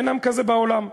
אין עם כזה בעולם,